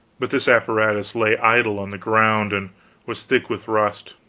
but this apparatus lay idle on the ground, and was thick with rust.